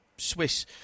Swiss